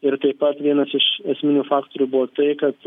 ir taip pat vienas iš esminių faktorių buvo tai kad